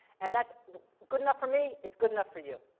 and that's good enough for me, it's good enough for you.